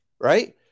right